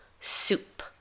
soup